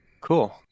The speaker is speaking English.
Cool